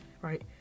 Right